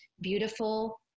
beautiful